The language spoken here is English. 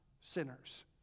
sinners